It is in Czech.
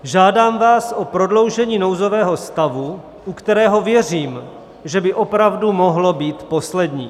Žádám vás o prodloužení nouzového stavu, u kterého věřím, že by opravdu mohl být poslední.